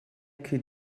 que